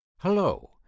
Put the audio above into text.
Hello